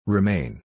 Remain